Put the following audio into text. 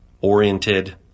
oriented